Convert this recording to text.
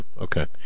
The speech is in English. Okay